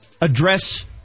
address